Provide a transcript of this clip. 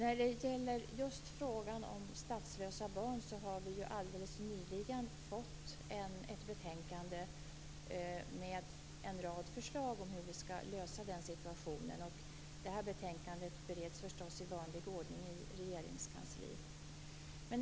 Fru talman! Vad gäller frågan om statslösa barn vill jag säga att vi alldeles nyligen har fått ett betänkande med en rad förslag till lösning av deras situation. Detta betänkande bereds i vanlig ordning i Regeringskansliet.